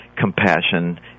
compassion